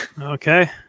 Okay